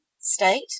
state